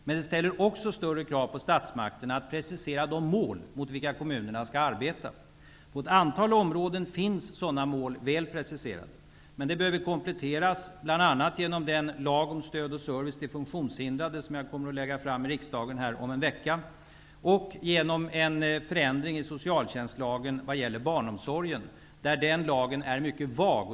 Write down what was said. Men det ställer också större krav på statsmakterna att precisera de mål mot vilka kommunerna skall arbeta. På ett antal områden finns sådana mål väl preciserade. Men det behöver kompletteras bl.a. genom den lag om stöd och service till funktionshindrade som jag kommer att lägga fram i riksdagen här om en vecka och genom en förändring i socialtjänstlagen vad gäller barnomsorgen. Den lagen är mycket vag.